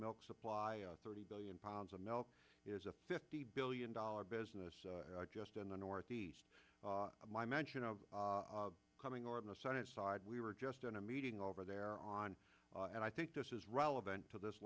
milk supply thirty billion pounds of mail is a fifty billion dollars business just in the northeast of my mention of coming or in the senate side we were just in a meeting over there on and i think this is relevant to this